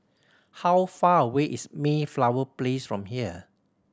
how far away is Mayflower Place from here